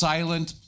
Silent